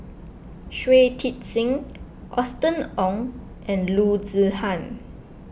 Shui Tit Sing Austen Ong and Loo Zihan